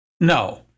No